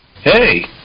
Hey